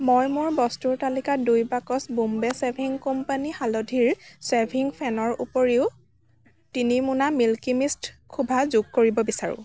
মই মোৰ বস্তুৰ তালিকাত দুই বাকচ বোম্বে চেভিং কোম্পানী হালধিৰ শ্বেভিং ফেনৰ উপৰিও তিনি মোনা মিল্কী মিষ্ট খোভা যোগ কৰিব বিচাৰোঁ